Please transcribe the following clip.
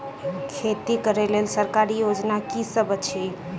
खेती करै लेल सरकारी योजना की सब अछि?